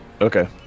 okay